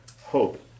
hope